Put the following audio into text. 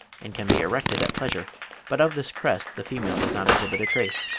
and can be erected at pleasure but of this crest the female does not exhibit a trace.